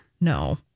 No